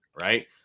right